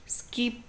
skip